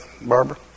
Barbara